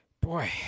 Boy